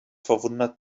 verwundert